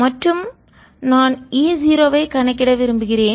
மற்றும் நான் E 0 ஐ கணக்கிட விரும்புகிறேன்